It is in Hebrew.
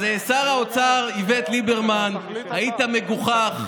אז שר האוצר איווט ליברמן, היית מגוחך.